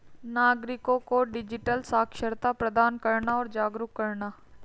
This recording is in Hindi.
नागरिको को डिजिटल साक्षरता प्रदान करना और जागरूक करना